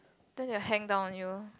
then they will hang down on you